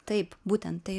taip būtent tai